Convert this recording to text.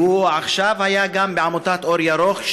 ועכשיו הוא היה גם בעמותת "אור ירוק",